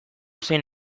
zein